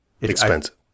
expensive